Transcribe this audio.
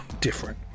different